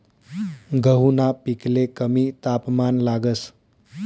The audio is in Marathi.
गहूना पिकले कमी तापमान लागस